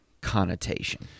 connotation